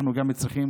אנחנו צריכים